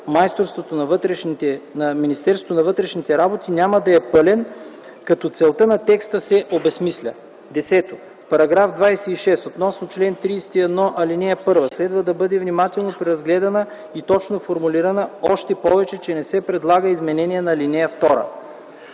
предоставян на Министерството на вътрешните работи, няма да е пълен, като целта на текста се обезсмисля. 10. В § 26 относно чл. 31, ал. 1 следва да бъде внимателно преразгледана и точно формулирана още повече, че не се предлага изменение на ал. 2.